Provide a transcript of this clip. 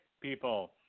people